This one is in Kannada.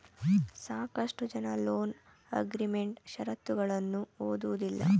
ಸಾಕಷ್ಟು ಜನ ಲೋನ್ ಅಗ್ರೀಮೆಂಟ್ ಶರತ್ತುಗಳನ್ನು ಓದುವುದಿಲ್ಲ